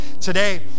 Today